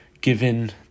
given